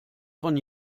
von